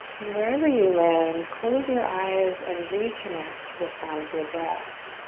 and wherever you land, close your eyes and reconnect to the sound of your breath.